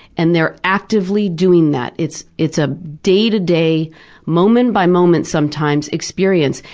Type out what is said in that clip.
and they're actively doing that. it's it's a day-to-day, moment-by-moment sometimes, experience,